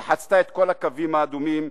היא חצתה את כל הקווים האדומים,